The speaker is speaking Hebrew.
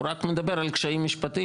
הוא רק מדבר על קשיים משפטיים,